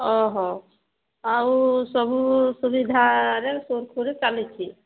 ଓହୋ ଆଉ ସବୁ ସୁବିଧାରେ ସୁରୁଖୁରୁରେ ଚାଲିଛି